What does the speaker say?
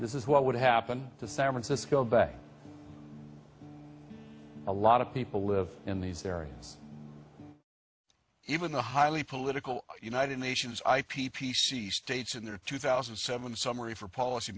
this is what would happen to san francisco bay a lot of people live in these areas even the highly political united nations ip p c states in their two thousand and seven summary for